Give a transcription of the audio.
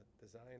design